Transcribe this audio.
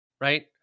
right